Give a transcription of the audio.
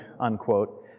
unquote